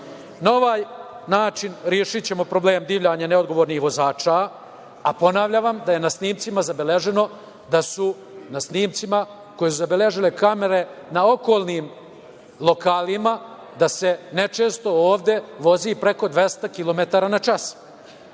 Na ovaj način rešićemo problem divljanja neodgovornih vozača, a ponavljam vam da je na snimcima koje su zabeležile kamere na okolnim lokalima da se nečesto ovde vozi i preko 200 kilometara